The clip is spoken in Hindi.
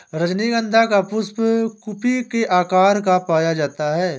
रजनीगंधा का पुष्प कुपी के आकार का पाया जाता है